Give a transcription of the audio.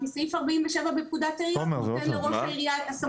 כי סעיף 47 בפקודת העיריות נותן לראש העירייה את הסמכות.